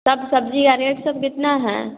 सब सब्जी का रेट सब कितना है